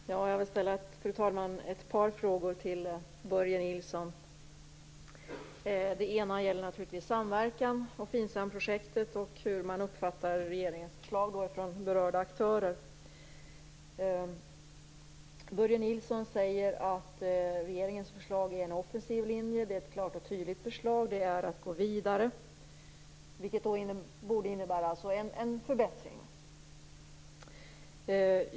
Fru talman! Jag vill ställa ett par frågor till Börje Nilsson. Den ena gäller samverkan, FINSAM projektet och hur man från berörda aktörer uppfattar regeringens förslag. Börje Nilsson säger att regeringens förslag är en offensiv linje. Det är ett klart och tydligt förslag som innebär att man går vidare. Det borde alltså innebära en förbättring.